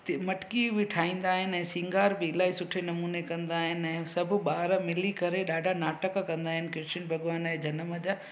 मटकी बि ठाहींदा आहिनि ऐं सिंगार बि इलाही सुठे नमूने कंदा आहिनि ऐं सभु ॿार मिली करे ॾाढा नाटक कंदा आहिनि कृष्ण भॻिवान जे जनम जा